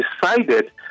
decided